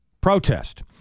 protest